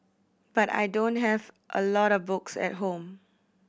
but I don't have a lot of books at home